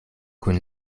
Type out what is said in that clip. kun